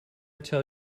tell